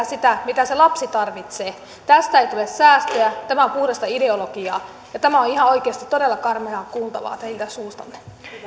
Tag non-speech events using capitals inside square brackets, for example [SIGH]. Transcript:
[UNINTELLIGIBLE] sitä mitä se lapsi tarvitsee tästä ei tule säästöä tämä on puhdasta ideologiaa ja tämä on ihan oikeasti todella karmeaa kuultavaa teidän suustanne